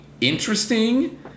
interesting